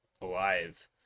alive